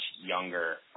younger